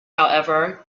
however